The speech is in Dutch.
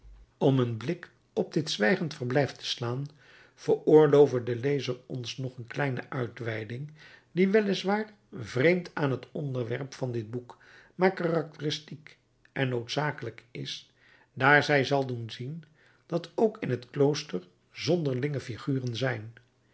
om een blik op dit zwijgend verblijf te slaan veroorlove de lezer ons nog een kleine uitweiding die wel is waar vreemd aan het onderwerp van dit boek maar karakteristiek en noodzakelijk is daar zij zal doen zien dat ook in het klooster zonderlinge figuren zijn